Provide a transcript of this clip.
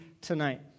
tonight